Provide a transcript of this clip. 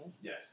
Yes